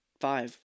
five